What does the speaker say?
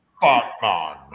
Batman